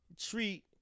treat